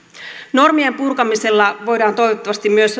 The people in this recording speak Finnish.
normien purkamisella voidaan toivottavasti myös